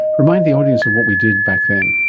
remind the audience of what we did back then.